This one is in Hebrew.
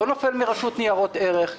לא נופל מרשות ניירות ערך.